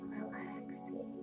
relaxing